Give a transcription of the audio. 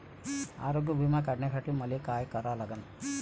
आरोग्य बिमा काढासाठी मले काय करा लागन?